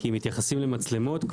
אם מתייחסים למצלמות,